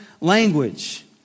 language